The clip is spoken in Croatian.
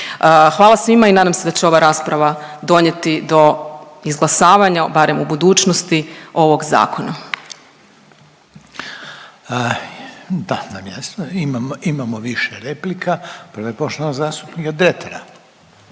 Hvala svima i nadam se da će ova rasprava donijeti do izglasavanja barem u budućnosti ovog zakona. **Reiner, Željko (HDZ)** Da nam jasno imamo više replika, prva je poštovanog zastupnika Dretara.